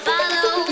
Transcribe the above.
Follow